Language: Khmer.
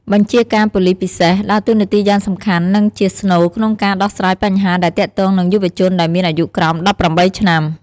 បញ្ជាការប៉ូលិសពិសេស ដើរតួនាទីយ៉ាងសំខាន់ និងជាស្នូលក្នុងការដោះស្រាយបញ្ហាដែលទាក់ទងនឹង យុវជនដែលមានអាយុក្រោម ១៨ ឆ្នាំ។